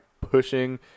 pushing